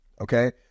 okay